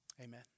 amen